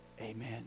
Amen